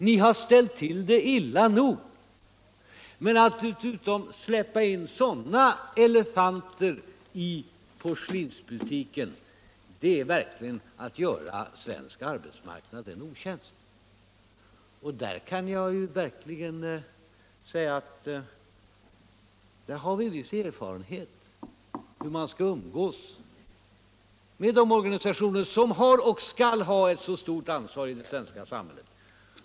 Ni har ställt vill det illa nog - men att dessutom släppa in sådana elefanter i porslinsbutiken, det är verkligen att göra svensk arbetsmarknad en otjänst. Där kan jag verkligen säga att vi har en viss erfarenhet av hur man skall umgås med de organisationer som har och skall ha stort ansvar i det svenska samhället.